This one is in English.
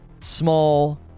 small